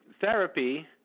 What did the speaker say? therapy